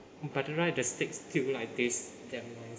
but don't know right the steak like still taste damn nice